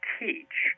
teach